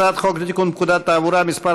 הצעת החוק לתיקון פקודת התעבורה (מס'